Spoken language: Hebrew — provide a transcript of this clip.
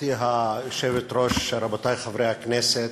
גברתי היושבת-ראש, רבותי חברי הכנסת,